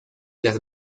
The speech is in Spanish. las